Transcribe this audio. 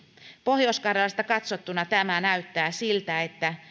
pohjois karjalasta katsottuna tämä näyttää siltä että